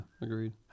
agreed